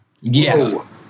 yes